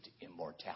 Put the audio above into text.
immortality